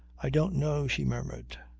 i don't know, she murmured.